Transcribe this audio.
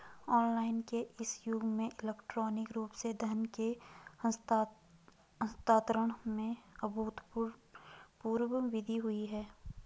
online के इस युग में इलेक्ट्रॉनिक रूप से धन के हस्तांतरण में अभूतपूर्व वृद्धि हुई है